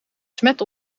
smet